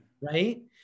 Right